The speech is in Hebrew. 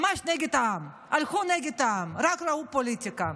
ממש נגד העם, הלכו נגד העם, רק ראו פוליטיקה.